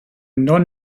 non